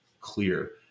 clear